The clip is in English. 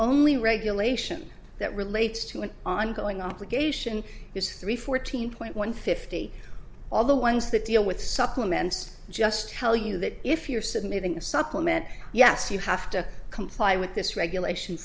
only regulation that relates to an ongoing obligation is three fourteen point one fifty all the ones that deal with supplements just tell you that if you're submitting a supplement yes you have to comply with this regulation